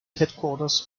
headquarters